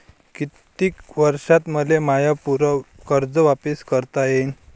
कितीक वर्षात मले माय पूर कर्ज वापिस करता येईन?